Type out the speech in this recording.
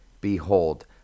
Behold